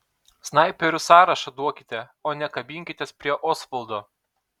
snaiperių sąrašą duokite o ne kabinkitės prie osvaldo